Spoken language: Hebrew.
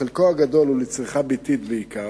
חלקו הגדול הוא לצריכה ביתית בעיקר,